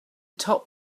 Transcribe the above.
top